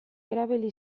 erabili